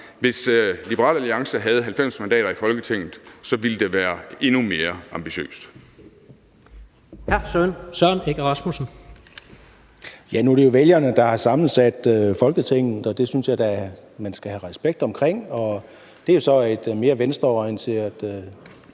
Hvis Liberal Alliance havde 90 mandater i Folketinget, ville det være endnu mere ambitiøst.